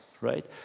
right